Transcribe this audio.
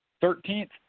Thirteenth